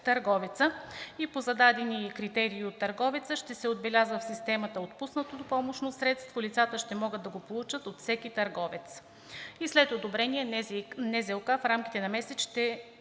търговеца и по зададени критерии от търговеца ще се отбелязва в системата отпуснатото помощно средство. Лицата ще могат да го получат от всеки търговец. След одобрение Националната